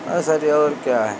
और सर जी और क्या है